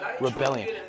rebellion